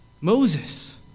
Moses